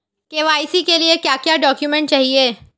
KYC के लिए क्या क्या डॉक्यूमेंट चाहिए?